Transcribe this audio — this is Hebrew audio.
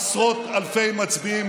עשרות אלפי מצביעים.